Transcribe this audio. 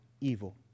evil